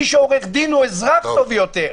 מי שהוא עורך דין הוא אזרח טוב יותר,